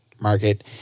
market